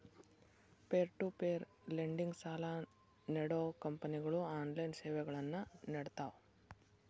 peer to peer lending ಸಾಲಾ ನೇಡೋ ಕಂಪನಿಗಳು ಆನ್ಲೈನ್ ಸೇವೆಗಳನ್ನ ನೇಡ್ತಾವ